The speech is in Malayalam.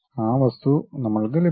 ആ വസ്തു നമ്മൾക്ക് ലഭിച്ചു